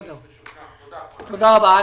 תודה רבה.